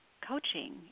coaching